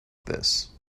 this